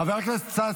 חבר הכנסת ששון,